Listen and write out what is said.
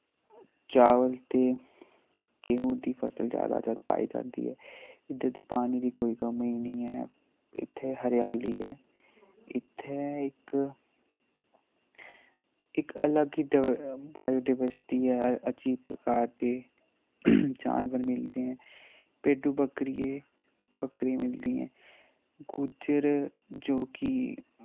चावल ते गेहूं दी फसल जैदातर पाई जांदी ऐ इध्दर दी पानी दी कोई कमी निं ऐ इत्थे हरियाली ऐ इत्थें इक इक अलग ही ड बायोडायवर्सिटी ऐ अजीब प्रकार दे जानवर मिलदे ऐं भेड्डू बकरिये बकरी मिलदी ऐं गुज्जर जो कि